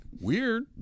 Weird